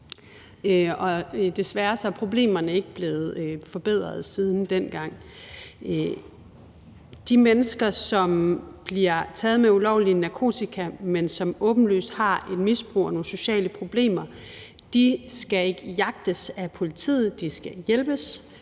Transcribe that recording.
desværre er problemerne ikke blevet mindre end dengang. De mennesker, som bliver taget med ulovlig narkotika, men som åbenlyst har et misbrug og nogle sociale problemer, skal ikke jagtes af politiet; de skal hjælpes.